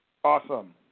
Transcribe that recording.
Awesome